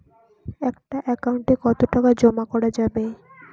একটা একাউন্ট এ কতো টাকা জমা করা যাবে?